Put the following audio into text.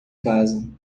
casa